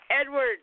Edward